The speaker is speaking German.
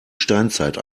steinzeit